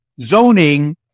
zoning